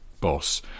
boss